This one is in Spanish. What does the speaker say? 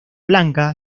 blanca